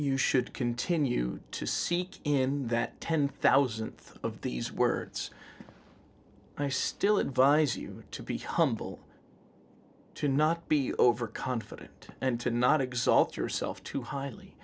you should continue to seek in that ten thousandth of these words i still advise you to be humble to not be overconfident and to not exalt yourself too highly